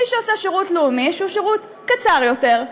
מי שעושה שירות לאומי, שהוא שירות קצר יותר,